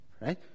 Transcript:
Right